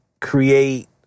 create